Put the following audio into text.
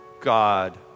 God